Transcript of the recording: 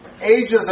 ages